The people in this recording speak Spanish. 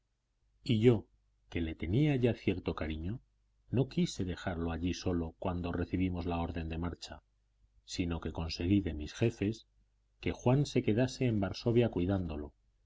y yo que le tenía ya cierto cariño no quise dejarlo allí solo cuando recibimos la orden de marcha sino que conseguí de mis jefes que juan se quedase en varsovia cuidándolo